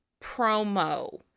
promo